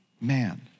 man